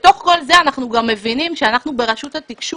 בתוך כל זה אנחנו גם מבינים שאנחנו ברשות התקשוב,